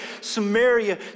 Samaria